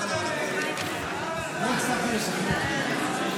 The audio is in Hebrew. לא הצלחתי לשכנע.